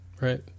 Right